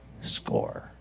score